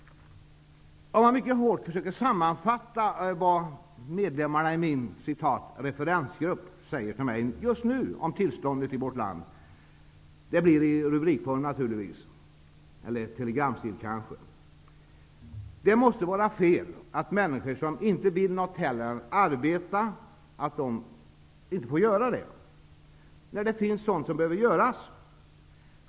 Om jag mycket hårt försöker sammanfatta vad medlemmarna i min egen lilla ''referensgrupp'' säger till mig om tillståndet i vårt land, så blir det i rubrikform, eller kanske i telegramstil. Det måste väl vara fel att människor som inte vill något hellre än arbeta inte får göra det, när det finns saker som behöver göras.